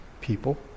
people